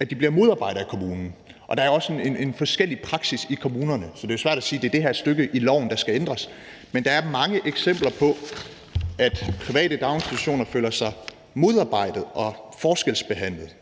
at de bliver modarbejdet af kommunen, og der er jo også sådan en forskellig praksis i kommunerne, så det er jo svært at sige, at det er det her stykke i loven, der skal ændres. Men der er mange eksempler på, at private daginstitutioner føler sig modarbejdet og forskelsbehandlet,